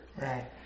Right